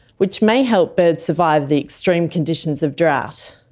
which may help birds survive the extreme conditions of drought.